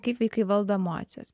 kaip vaikai valdo emocijas